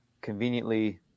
conveniently